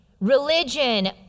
Religion